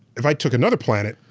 if i took another planet,